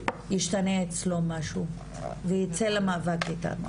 ישתנה אצלו משהו ויצא למאבק איתנו,